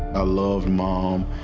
i loved mom.